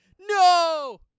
No